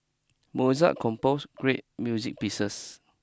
Mozart compose great music pieces